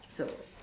so